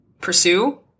pursue